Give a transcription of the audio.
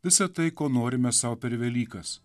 visą tai ko norime sau per velykas